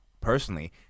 personally